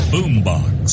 Boombox